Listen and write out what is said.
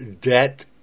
debt